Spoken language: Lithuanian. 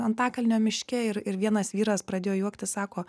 antakalnio miške ir vienas vyras pradėjo juoktis sako